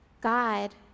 God